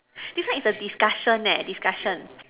this one is the discussion leh discussion